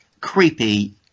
creepy